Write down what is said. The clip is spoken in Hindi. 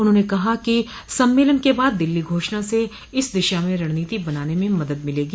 उन्होंने कहा कि सम्मेलन के बाद दिल्ली घोषणा से इस दिशा में रणनीति बनाने में मदद मिलेगी